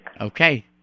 Okay